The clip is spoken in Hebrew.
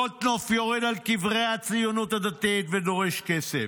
"גולדקנופ יורק על קברי הציונות הדתית ודורש כסף.